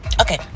Okay